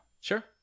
sure